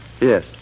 Yes